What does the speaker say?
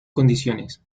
condiciones